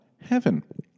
heaven